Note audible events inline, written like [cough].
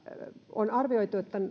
on arvioitu että [unintelligible]